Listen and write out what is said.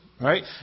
right